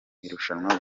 irushanwa